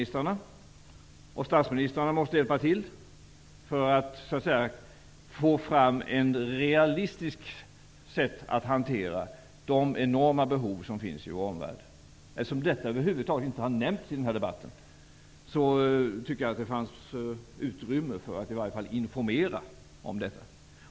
Statsministrarna måste hjälpa till att få fram ett realistiskt sätt att hantera de enorma behov som finns i vår omvärld. Eftersom detta över huvud taget inte har nämnts i debatten tyckte jag att det fanns utrymme att i alla fall informera om detta.